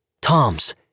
Toms